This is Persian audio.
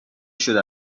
شده